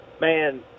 man